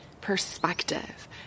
perspective